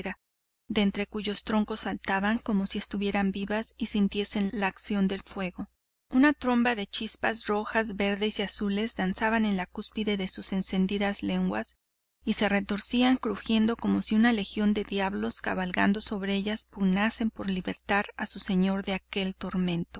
entre cuyos troncos saltaban como si estuvieran vivas y sintiesen la acción del fuego una tromba de chispas rojas verdes y azules danzaban en la cúspide de sus encendidas lenguas y se retorcía crujiendo como si una legión de diablos cabalgando sobre ellas pugnasen por libertar a sus señor de aquel